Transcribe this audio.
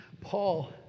Paul